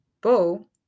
bow